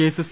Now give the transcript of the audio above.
case C